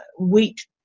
wheat